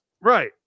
Right